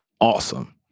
awesome